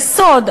זה סוד.